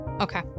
Okay